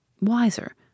wiser